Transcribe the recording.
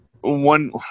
One